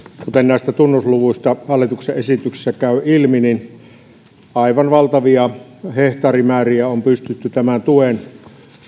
kuten näistä tunnusluvuista hallituksen esityksessä käy ilmi niin aivan valtavia hehtaarimääriä on pystytty tämän tuen